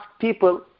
people